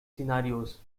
scenarios